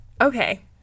Okay